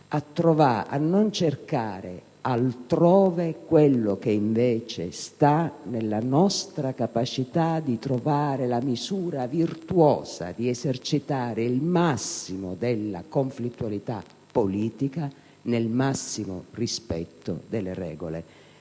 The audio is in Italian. a non cercare altrove quello che invece sta nella nostra capacità di trovare la misura virtuosa di esercitare il massimo della conflittualità politica nel massimo rispetto delle regole